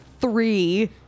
three